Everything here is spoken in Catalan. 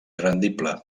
rendible